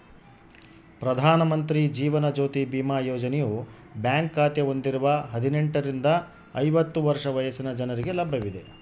ಪ್ರಧಾನ ಮಂತ್ರಿ ಜೀವನ ಜ್ಯೋತಿ ಬಿಮಾ ಯೋಜನೆಯು ಬ್ಯಾಂಕ್ ಖಾತೆ ಹೊಂದಿರುವ ಹದಿನೆಂಟುರಿಂದ ಐವತ್ತು ವರ್ಷ ವಯಸ್ಸಿನ ಜನರಿಗೆ ಲಭ್ಯವಿದೆ